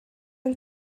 and